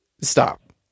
Stop